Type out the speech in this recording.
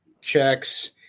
checks